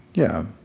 yeah,